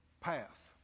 path